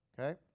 Okay